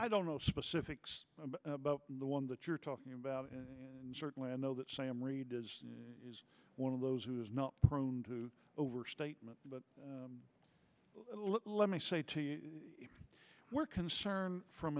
i don't know specifics about the one that you're talking about and certainly i know that sam reed is one of those who is not prone to overstatement but let me say to you we're concerned from